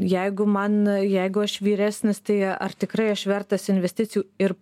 jeigu man jeigu aš vyresnis tai ar tikrai aš vertas investicijų ir